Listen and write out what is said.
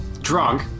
drunk